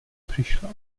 přišla